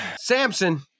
Samson